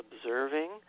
observing